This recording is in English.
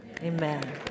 Amen